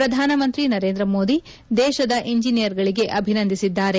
ಪ್ರಧಾನಮಂತ್ರಿ ನರೇಂದ್ರ ಮೋದಿ ದೇಶದ ಇಂಜಿನಿಯರ್ಗಳಿಗೆ ಅಭಿನಂದಿಸಿದ್ದಾರೆ